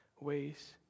ways